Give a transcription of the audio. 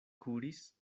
kuris